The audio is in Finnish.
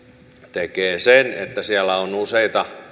tekee sen että siellä on useita